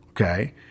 Okay